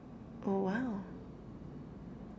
oh !wow!